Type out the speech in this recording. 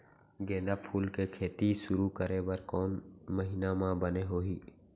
गेंदा फूल के खेती शुरू करे बर कौन महीना मा बने होही?